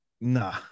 nah